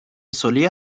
solía